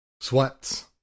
sweats